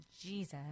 Jesus